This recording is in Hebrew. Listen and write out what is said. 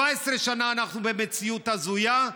17 שנה אנחנו במציאות הזויה,